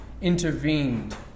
intervened